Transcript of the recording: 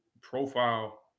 profile